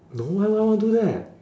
no why would I want do that